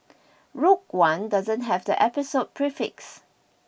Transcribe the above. Rogue One doesn't have the episode prefix